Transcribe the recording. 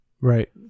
Right